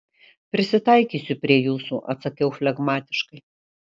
prisitaikysiu prie jūsų atsakiau flegmatiškai